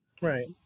Right